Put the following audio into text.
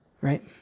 Right